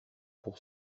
pour